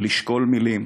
לשקול מילים